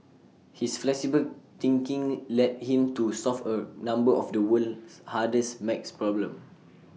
his flexible thinking led him to solve A number of the world's hardest math problems